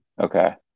Okay